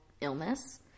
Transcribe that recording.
illness